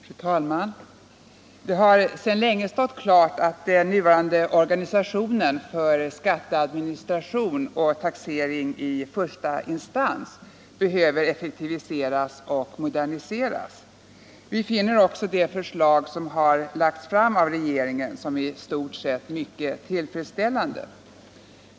Fru talman! Det har sedan länge stått klart att den nuvarande organisationen för skatteadministration och taxering i första instans behöver effektiviseras och moderniseras. Vi finner också det förslag som har lagts fram av regeringen i stort mycket tillfredsställande.